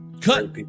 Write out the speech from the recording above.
Cut